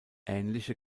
ähnliche